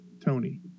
Tony